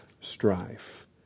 strife